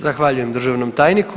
Zahvaljujem državnom tajniku.